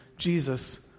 Jesus